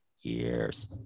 years